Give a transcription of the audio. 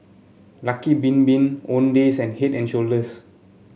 Lucky Bin Bin Owndays and Head And Shoulders